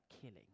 killing